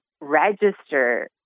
register